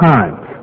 Times